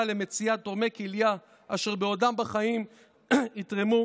למציאת תורמי כליה אשר בעודם בחיים יתרמו,